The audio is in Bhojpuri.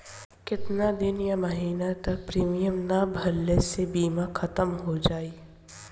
केतना दिन या महीना तक प्रीमियम ना भरला से बीमा ख़तम हो जायी?